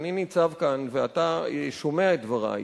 כשאני ניצב כאן ואתה שומע את דברי,